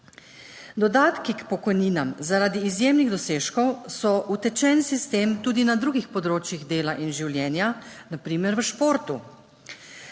Dodatki k pokojninam zaradi izjemnih dosežkov so utečen sistem tudi na drugih področjih dela in življenja, na primer v športu.